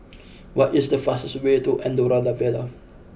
what is the fastest way to Andorra La Vella